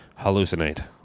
hallucinate